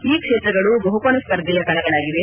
ಈ ಕ್ಷೇತ್ರಗಳು ಬಹುಕೋನ ಸ್ಪರ್ಧೆಯ ಕಣಗಳಾಗಿವೆ